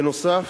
בנוסף,